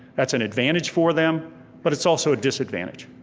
that's an advantage for them but it's also a disadvantage.